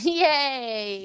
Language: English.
yay